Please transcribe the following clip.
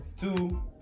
two